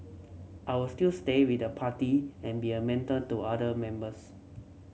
I'll still stay with the party and be a mentor to other members